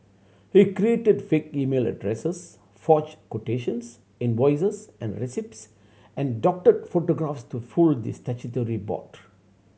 he created fake email addresses forged quotations invoices and receipts and doctored photographs to fool the statutory board